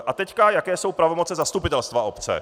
A teď jaké jsou pravomoci zastupitelstva obce.